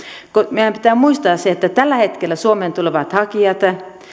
meidän pitää muistaa se että tällä hetkellä suomeen tulevista hakijoista